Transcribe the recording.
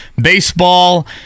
baseball